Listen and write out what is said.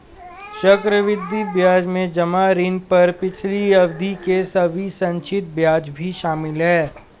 चक्रवृद्धि ब्याज में जमा ऋण पर पिछली अवधि के सभी संचित ब्याज भी शामिल हैं